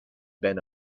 been